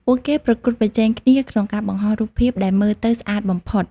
ពួកគេប្រកួតប្រជែងគ្នាក្នុងការបង្ហោះរូបភាពដែលមើលទៅស្អាតបំផុត។